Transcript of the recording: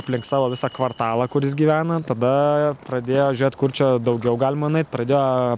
aplink savo visą kvartalą kur jis gyvena tada pradėjo žiūrėt kur čia daugiau galima nueiti pradėjo